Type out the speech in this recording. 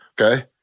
Okay